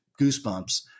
goosebumps